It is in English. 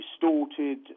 distorted